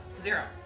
zero